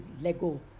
Lego